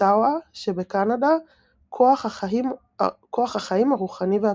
אוטאווה שבקנדה "כוח החיים הרוחני והבסיסי".